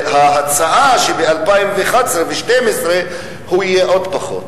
וההצעה היא שב-2011 ו-2012 הוא יהיה עוד פחות.